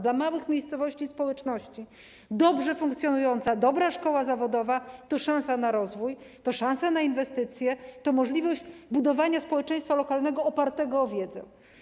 Dla małych miejscowości i społeczności dobrze funkcjonująca, dobra szkoła zawodowa to szansa na rozwój, to szansa na inwestycje, to możliwość budowania społeczeństwa lokalnego opartego na wiedzy.